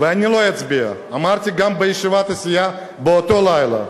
אני לא אצביע, אמרתי גם בישיבת הסיעה באותו לילה.